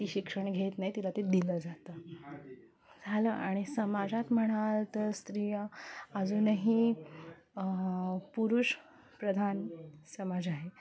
ती शिक्षण घेत नाही तिला ते दिलं जातं झालं आणि समाजात म्हणाल तर स्त्रिया अजूनही पुरुषप्रधान समाज आहे